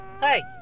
Hey